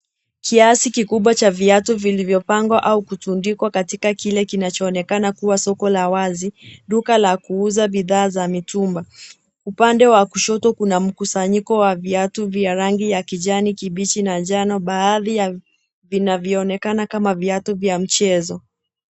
Kiasi kikubwa cha viatu vilivyopangwa au kutundikwa katika kile kinachoonekana kuwa soko la wazi, duka la kuuza bidhaa za mitumba . Upande wa kushoto kuna mkusanyiko wa viatu vya rangi ya kijani kimbichi na jano , baadhi ya vinavyoonekana kama viatu vya mchezo .